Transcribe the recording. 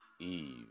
Eve